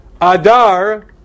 Adar